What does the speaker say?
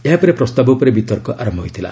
ଏହାପରେ ପ୍ରସ୍ତାବ ଉପରେ ବିତର୍କ ଆରମ୍ଭ ହୋଇଥିଲା